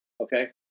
Okay